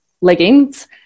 leggings